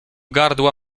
gardła